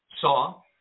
saw